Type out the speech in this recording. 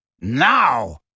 Now